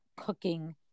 Cooking